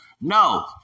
no